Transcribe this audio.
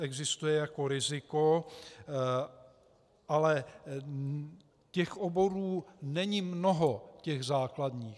Existuje jako riziko, ale těch oborů není mnoho, těch základních.